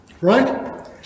Right